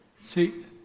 See